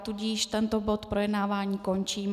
Tudíž tento bod projednávání končím.